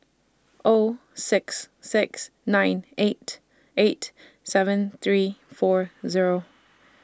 O six six nine eight eight seven three four Zero